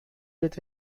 wird